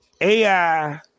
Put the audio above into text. AI